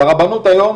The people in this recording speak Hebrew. לרבנות היום